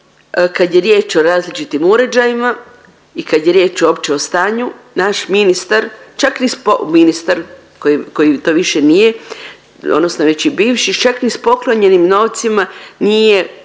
kad je riječ o različitim uređajima i kad je riječ uopće o stanju naš ministar čak ni spo… ministar koji to više